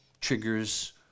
triggers